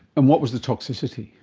and what was the toxicity?